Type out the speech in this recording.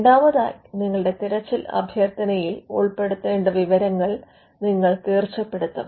രണ്ടാമതായി നിങ്ങളുടെ തിരച്ചിൽ അഭ്യർത്ഥനയിൽ ഉൾപ്പെടുത്തേണ്ട വിവരങ്ങൾ നിങ്ങൾ തീർച്ചപ്പെടുത്തും